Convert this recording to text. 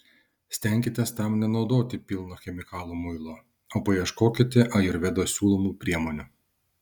stenkitės tam nenaudoti pilno chemikalų muilo o paieškokite ajurvedos siūlomų priemonių